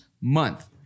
month